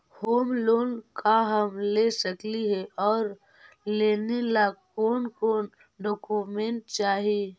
Home loan का हम ले सकली हे, और लेने ला कोन कोन डोकोमेंट चाही?